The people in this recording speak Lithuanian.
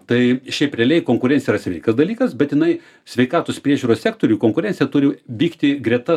tai šiaip realiai konkurencija yra sveikas dalykas bet jinai sveikatos priežiūros sektoriuj konkurencija turi vykti greta